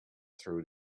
through